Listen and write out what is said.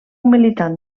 militant